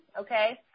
okay